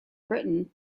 britain